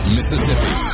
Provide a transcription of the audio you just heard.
Mississippi